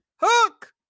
Hook